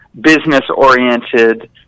business-oriented